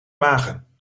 magen